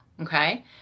okay